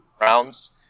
rounds